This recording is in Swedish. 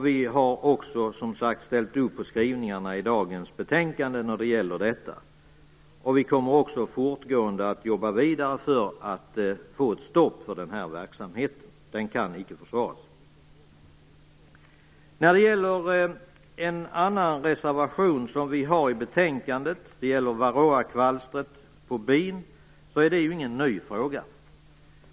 Vi har också, som sagt, ställt upp på skrivningarna i dagens betänkande när det gäller denna fråga. Vi kommer också fortgående att jobba vidare för att få ett stopp för verksamheten. Den kan icke försvaras. Vi har en annan reservation i betänkandet som gäller varroakvalstret på bin. Det är ingen ny fråga.